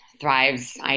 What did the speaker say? thrives –